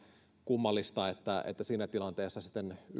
kummallista että että siinä tilanteessa